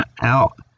out